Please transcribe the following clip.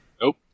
Nope